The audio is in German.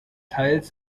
teils